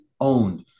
owned